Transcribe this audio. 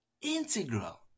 integral